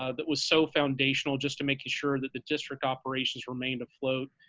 ah that was so foundational just to making sure that the district operations remained afloat.